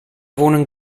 wohnen